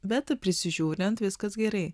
bet prisižiūrint viskas gerai